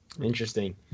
Interesting